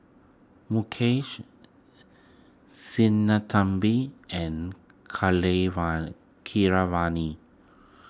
Mukesh Sinnathamby and Keeravani